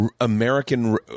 American